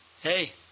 Hey